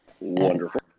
Wonderful